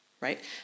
right